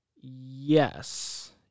Yes